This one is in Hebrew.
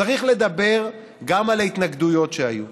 צריך לדבר גם על ההתנגדויות שהיו.